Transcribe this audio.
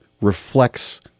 reflects